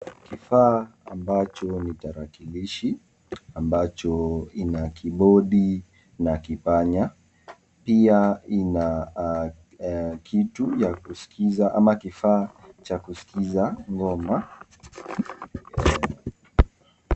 Kifaa ambacho ni tarakilishi ambacho kina kibodi na kipanya pia ina kitu ya kuskiza au kifaa cha kuskiza ngoma.